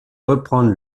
reprendre